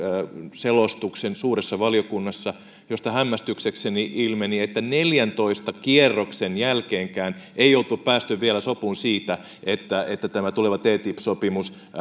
selostuksen suuressa valiokunnassa josta hämmästyksekseni ilmeni että neljäntoista kierroksen jälkeenkään ei oltu päästy vielä sopuun siitä että että tämä tuleva ttip sopimus